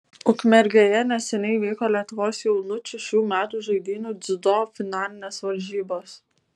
ukmergėje neseniai vyko lietuvos jaunučių šių metų žaidynių dziudo finalinės varžybos